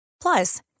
Plus